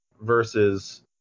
versus